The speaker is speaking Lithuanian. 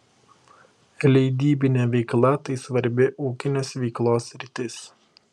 leidybinė veikla tai svarbi ūkinės veiklos sritis